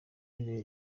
niba